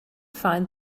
find